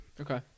Okay